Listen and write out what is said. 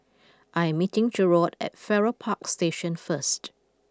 I am meeting Jerod at Farrer Park Station first